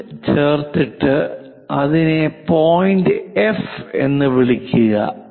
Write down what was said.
അതിൽ ചേർത്തിട്ടു അതിനെ പോയിന്റ് എഫ് എന്ന് വിളിക്കുക